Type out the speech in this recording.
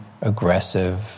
aggressive